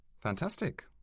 fantastic